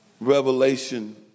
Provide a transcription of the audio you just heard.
Revelation